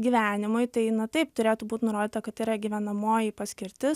gyvenimui tai na taip turėtų būt nurodyta kad tai yra gyvenamoji paskirtis